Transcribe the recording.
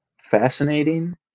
fascinating